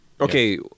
Okay